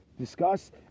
discuss